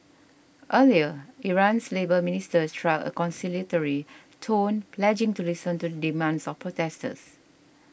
earlier Iran's labour minister struck a conciliatory tone pledging to listen to the demands of protesters